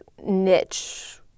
niche